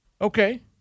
Okay